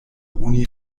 oni